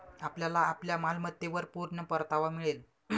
आपल्याला आपल्या मालमत्तेवर पूर्ण परतावा मिळेल